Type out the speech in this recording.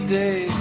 day